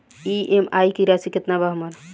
EMI की राशि केतना बा हमर?